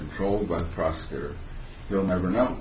controlled by the prosecutor you'll never know